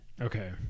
Okay